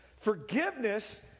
forgiveness